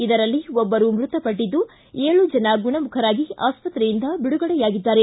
ಇದರಲ್ಲಿ ಒಬ್ಬರು ಮೃತಪಟ್ಟಿದ್ದು ಏಳು ಜನ ಗುಣಮುಖರಾಗಿ ಆಸ್ಪತ್ರೆಯಿಂದ ಬಿಡುಗಡೆಯಾಗಿದ್ದಾರೆ